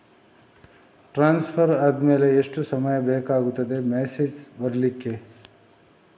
Transfer ಆದ್ಮೇಲೆ ಎಷ್ಟು ಸಮಯ ಬೇಕಾಗುತ್ತದೆ ಮೆಸೇಜ್ ಬರ್ಲಿಕ್ಕೆ?